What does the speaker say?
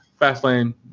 Fastlane